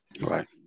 Right